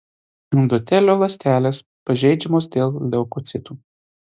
endotelio ląstelės pažeidžiamos dėl leukocitų